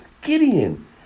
Gideon